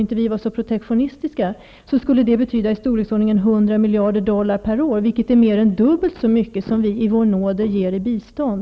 Man kunde exportera om vi inte hade så höga tullmurar och vore så protektionistiska. Summan är dubbelt så stor som den som vi i nåder ger i bistånd.